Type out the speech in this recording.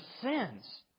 sins